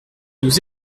nous